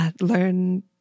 learn